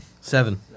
Seven